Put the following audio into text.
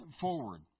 forward